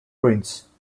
prince